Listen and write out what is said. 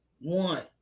one